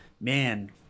man